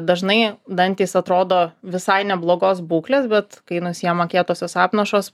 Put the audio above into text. dažnai dantys atrodo visai neblogos būklės bet kai nusiima kietosios apnašos